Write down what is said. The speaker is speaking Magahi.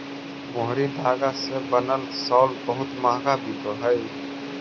मोहरी धागा से बनल शॉल बहुत मँहगा बिकऽ हई